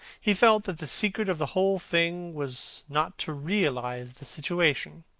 he felt that the secret of the whole thing was not to realize the situation.